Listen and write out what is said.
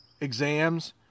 exams